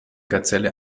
gazelle